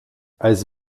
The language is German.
als